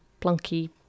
plunky